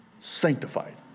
Sanctified